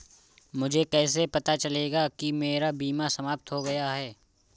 मुझे कैसे पता चलेगा कि मेरा बीमा समाप्त हो गया है?